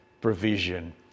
provision